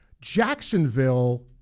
Jacksonville